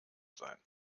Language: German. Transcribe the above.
sein